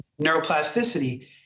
neuroplasticity